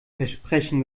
versprechen